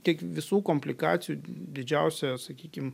tiek visų komplikacijų didžiausia sakykim